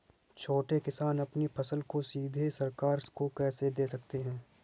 छोटे किसान अपनी फसल को सीधे सरकार को कैसे दे सकते हैं?